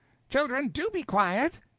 children, do be quiet!